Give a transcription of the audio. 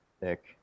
thick